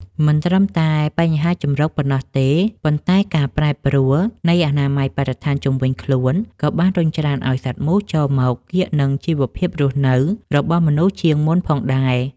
មិនត្រឹមតែបញ្ហាជម្រកប៉ុណ្ណោះទេ ប៉ុន្តែការប្រែប្រួលនៃអនាម័យបរិស្ថានជុំវិញខ្លួន ក៏បានរុញច្រានឱ្យសត្វមូសចូលមកកៀកនឹងជីវភាពរស់នៅរបស់មនុស្សជាងមុនផងដែរ។